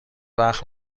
وقت